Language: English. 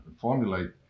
formulate